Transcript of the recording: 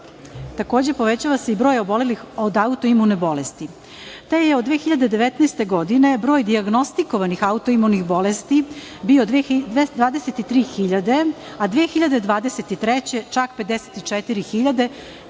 povećava se i broj obolelih od autoimunih bolesti, te je od 2019. godine broj dijagnostikovanih autoimunih bolesti bio 23.000, a 2023. godine čak 54.000,